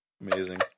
Amazing